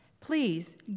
Please